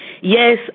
Yes